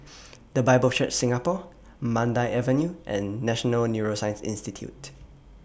The Bible Church Singapore Mandai Avenue and National Neuroscience Institute